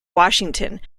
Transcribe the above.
washington